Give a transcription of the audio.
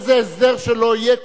איזה הסדר שלא יהיה,